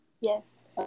yes